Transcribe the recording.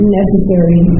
necessary